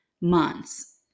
months